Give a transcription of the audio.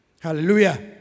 Hallelujah